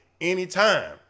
anytime